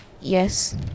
Yes